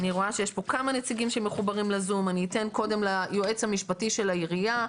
אני אתן קודם ליועץ המשפטי של העיריה,